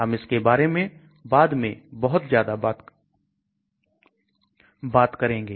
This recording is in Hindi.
हम इसके बारे में बाद में बहुत ज्यादा बात करेंगे